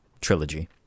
trilogy